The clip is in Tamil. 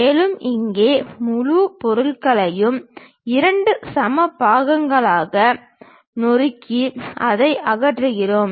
மேலும் இங்கே முழு பொருளையும் இரண்டு சம பாகங்களாக நறுக்கி அதை அகற்றுகிறோம்